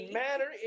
matter